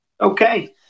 Okay